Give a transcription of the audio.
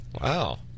wow